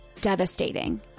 devastating